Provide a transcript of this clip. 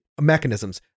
mechanisms